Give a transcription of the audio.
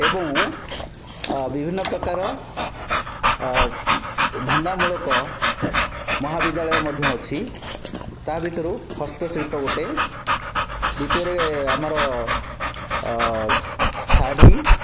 ଏବଂ ବିଭିନ୍ନ ପ୍ରକାର ଧନ୍ଦାମୂଳକ ମହାବିଦ୍ୟାଳୟ ମଧ୍ୟ ଅଛି ତା' ଭିତରୁ ହସ୍ତଶିଳ୍ପ ଗୋଟିଏ ଦ୍ୱିତୀୟରେ ଆମର ଶାଢ଼ୀ